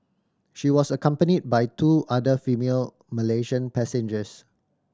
she was accompanied by two other female Malaysian passengers